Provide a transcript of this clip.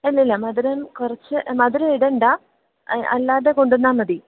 ഇല്ലില്ല മധുരം കുറച്ച് മധുരം ഇടേണ്ട അല്ലാതെ കൊണ്ടു വന്നാൽ മതി